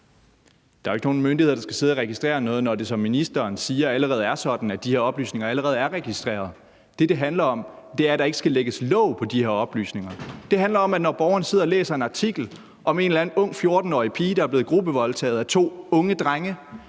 Der er jo ikke nogen myndigheder, der skal sidde og registrere noget, når det, som ministeren siger, allerede er sådan, at de her oplysninger er registreret. Det, det handler om, er, at der ikke skal lægges låg på de her oplysninger. Det handler om, at det, når borgeren sidder og læser en artikel om en eller anden ung 14-årig pige, der er blevet gruppevoldtaget af to unge drenge,